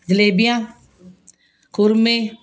ਜਲੇਬੀਆਂ ਖੁਰਮੇ